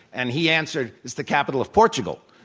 and he answered, it's the capital of portugal.